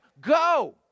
go